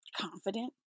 confident